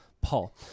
Paul